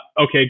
Okay